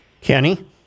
Kenny